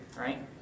right